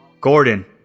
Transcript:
Gordon